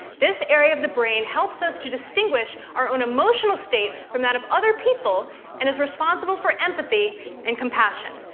this area of the brain helps us to distinguish our own emotional state from that of other people and is responsible for empathy and compassion.